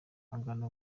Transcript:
agana